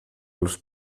los